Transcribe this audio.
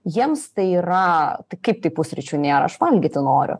jiems tai yra kaip tai pusryčių nėra aš valgyti noriu